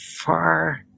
far